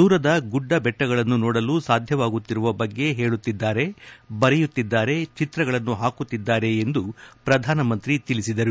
ದೂರದ ಗುಡ್ಡಬೆಟ್ಟಗಳನ್ನು ಸೋಡಲು ಸಾಧ್ಯವಾಗುತ್ತಿರುವ ಬಗ್ಗೆ ಹೇಳುತ್ತಿದ್ದಾರೆ ಬರೆಯುತ್ತಿದ್ದಾರೆ ಚಿತ್ರಗಳನ್ನು ಹಾಕುತ್ತಿದ್ದಾರೆ ಎಂದು ಪ್ರಧಾನಿ ತಿಳಿಸಿದರು